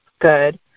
good